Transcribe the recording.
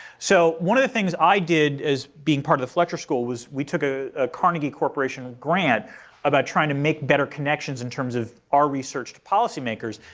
so one of the things i did as being part of the fletcher school was we took a carnegie corporation grant about trying to make better connections in terms of our research to policymakers.